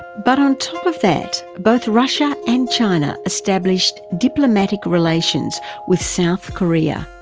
but on top of that, both russia and china established diplomatic relations with south korea.